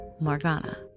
morgana